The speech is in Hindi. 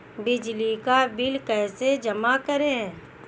बिजली का बिल कैसे जमा करें?